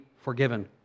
forgiven